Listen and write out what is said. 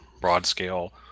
broad-scale